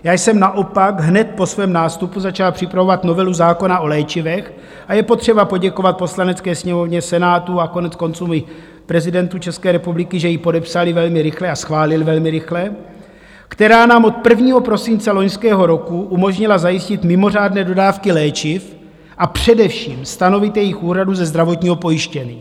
Já jsem naopak hned po svém nástupu začal připravovat novelu zákona o léčivech a je potřeba poděkovat Poslanecké sněmovně, Senátu a koneckonců i prezidentu České republiky, že ji podepsali velmi rychle a schválili velmi rychle , která nám od 1. prosince loňského roku umožnila zajistit mimořádné dodávky léčiv a především stanovit jejich úhradu ze zdravotního pojištění.